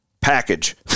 package